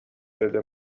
بده